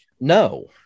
No